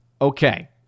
Okay